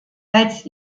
als